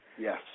Yes